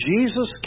Jesus